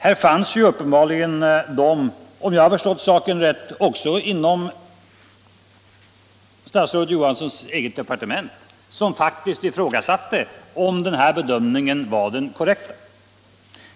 Här finns uppenbarligen personer — om jag har förstått saken rätt också inom statsrådet Johanssons eget departement — som faktiskt ifrågasatte om den här bedömningen var den korrekta.